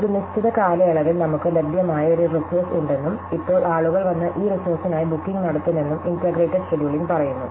അതിനാൽ ഒരു നിശ്ചിത കാലയളവിൽ നമുക്ക് ലഭ്യമായ ഒരു റിസോഴ്സ് ഉണ്ടെന്നും ഇപ്പോൾ ആളുകൾ വന്ന് ഈ റിസോർസിനായി ബുക്കിംഗ് നടത്തുമെന്നും ഇന്റഗ്രേറ്റഡ് ഷെഡ്യൂളിംഗ് പറയുന്നു